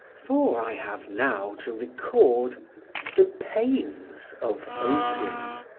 for i have now to record the pains of opium